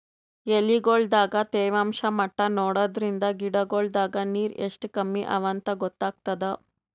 ಎಲಿಗೊಳ್ ದಾಗ ತೇವಾಂಷ್ ಮಟ್ಟಾ ನೋಡದ್ರಿನ್ದ ಗಿಡಗೋಳ್ ದಾಗ ನೀರ್ ಎಷ್ಟ್ ಕಮ್ಮಿ ಅವಾಂತ್ ಗೊತ್ತಾಗ್ತದ